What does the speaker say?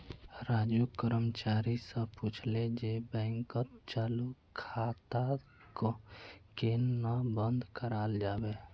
राजू कर्मचारी स पूछले जे बैंकत चालू खाताक केन न बंद कराल जाबे